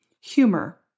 Humor